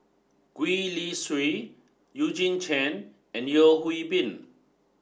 Gwee Li Sui Eugene Chen and Yeo Hwee Bin